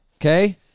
Okay